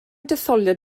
detholiad